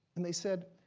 and they said,